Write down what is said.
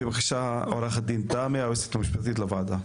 בבקשה, עורכת הדין תמי, היועצת המשפטית לוועדה.